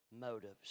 motives